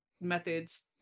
methods